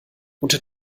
unter